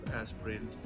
aspirin